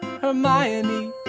Hermione